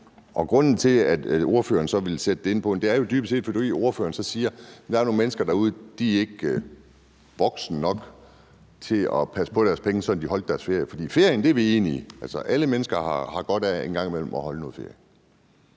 så siger, at ordføreren vil binde dem, er det jo dybest set at sige, at der er nogle mennesker derude, der ikke er voksne nok til at passe på deres penge, så de får holdt deres ferie. Men det med ferie er vi enige om: Alle mennesker har godt af en gang imellem at holde noget ferie.